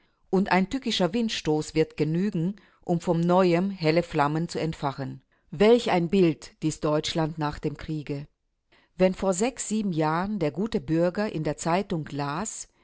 und ein tückischer windstoß wird genügen um von neuem helle flammen zu entfachen welch ein bild dies deutschland nach dem kriege wenn vor sechs sieben jahren der gute bürger in der zeitung las